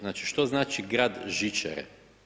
Znači, što znači grad žičare?